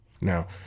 Now